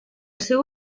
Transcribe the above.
seu